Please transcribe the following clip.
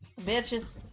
Bitches